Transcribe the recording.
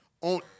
on